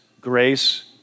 grace